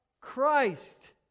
Christ